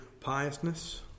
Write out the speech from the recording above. piousness